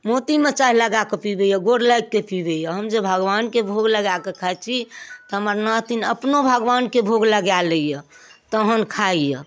मोतीमे चाय लगायके पीबैए गोर लागिके पीबैए हम जे भगबानके भोग लगायके खाय छी तऽ हमर नातिन अपनो भगबानके भोग लगा लैए तहन खाइए